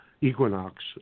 equinox